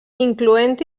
incloent